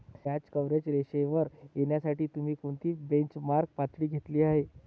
व्याज कव्हरेज रेशोवर येण्यासाठी तुम्ही कोणती बेंचमार्क पातळी घेतली आहे?